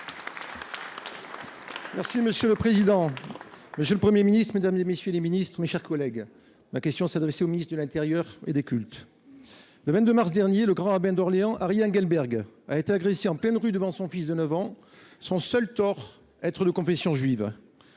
Monsieur le président, monsieur le Premier ministre, mesdames, messieurs les ministres, mes chers collègues, ma question s’adressait à M. le ministre d’État, ministre de l’intérieur, qui est chargé des cultes. Le 22 mars dernier, le grand rabbin d’Orléans, Arié Engelberg, a été agressé en pleine rue devant son fils de 9 ans. Son seul tort : être de confession juive.